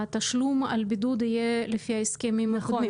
התשלום על הבידוד יהיה לפי ההסכמים הקודמים?